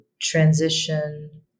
transition